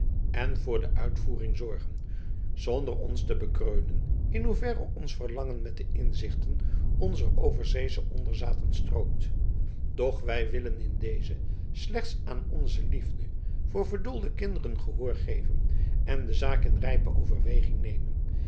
en voor de uitvoering zorgen zonder ons te bekreunen in hoeverre ons verlangen met de inzichten onzer overzeesche onderzaten strookt doch wij willen in dezen slechts aan onze liefde voor verdoolde kinderen gehoor geven en de zaak in rijpe overweging nemen